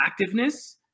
activeness